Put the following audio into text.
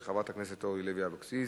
של חברת הכנסת אורלי לוי אבקסיס.